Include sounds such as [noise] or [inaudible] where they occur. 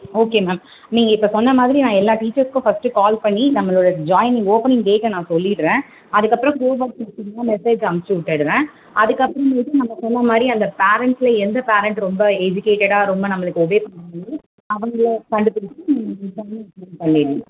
okay ma'am நீங்கள் இப்போ சொன்னமாதிரி நான் எல்லா டீச்சர்ஸ்க்கும் ஃபஸ்ட்டு கால் பண்ணி நம்மளோடய ஜாயினிங் ஓப்பனிங் டேட்டை நான் சொல்லிடுறேன் அதுக்கப்புறம் கோஒர்க்கர்ஸ்க்கெல்லாம் மெசேஜ் அனுப்பிச்சுட்டுட்றேன் அதுக்கப்புறமேட்டுக்கு நம்ம சொன்ன மாதிரி அந்த பேரெண்ட்ஸில் எந்த பேரெண்ட் ரொம்ப எஜுகேடட்டாக ரொம்ப நம்மளுக்கு ஒபே பண்ணுறாங்களோ அவங்கள கண்டுபிடிச்சி [unintelligible] இன்ஃபார்ம் பண்ணிடலாம்